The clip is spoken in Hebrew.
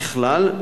ככלל,